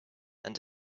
and